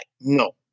No